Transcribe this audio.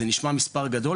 זה נשמע מספר גדול,